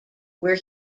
where